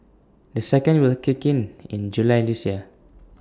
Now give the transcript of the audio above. the second will kick in in July this year